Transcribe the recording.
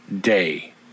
day